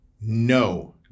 no